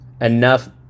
enough